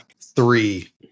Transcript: three